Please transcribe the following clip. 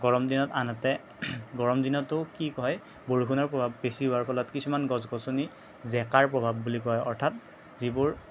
গৰম দিনত আনহাতে গৰম দিনতো কি হয় বৰষুণৰ প্ৰভাৱ বেছি হোৱাৰ ফলত কিছুমান গছ গছনি জেকাৰ প্ৰভাৱ বুলি কোৱা হয় অৰ্থাৎ যিবোৰ